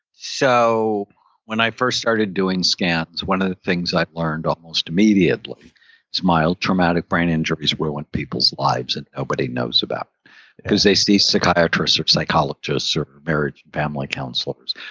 so when i first started doing scans, one of the things i've learned almost immediately is mild traumatic brain injuries ruined people's lives and nobody knows about because they see psychiatrist, or psychologist, or marriage family counselors.